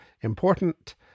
important